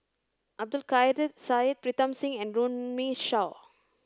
Abdul Kadir Syed Pritam Singh and Runme Shaw